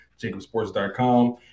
jacobsports.com